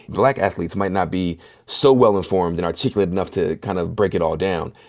black athletes might not be so well informed and articulate enough to kind of break it all down.